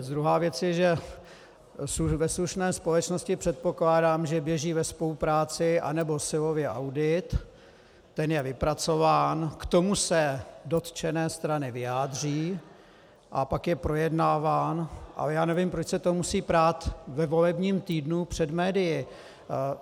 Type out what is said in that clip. Druhá věc je, že ve slušné společnosti předpokládám, že běží ve spolupráci, anebo silově audit, ten je vypracován, k tomu se dotčené strany vyjádří, a pak je projednáván, ale já nevím, proč se to musí prát ve volebním týdnu před médii.